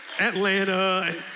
Atlanta